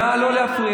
נא לא להפריע.